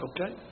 okay